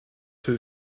two